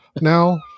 now